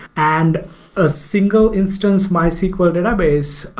and a single instance mysql database,